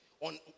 on